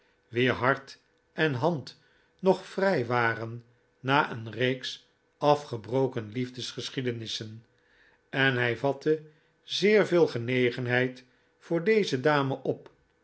wier hart en hand nog vrij waren na een reeks afgebroken liefdesgeschiedenissen en hij vatte zeer veel genegenheid voor deze dame op